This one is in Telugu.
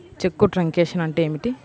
చెక్కు ట్రంకేషన్ అంటే ఏమిటి?